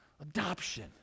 Adoption